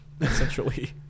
essentially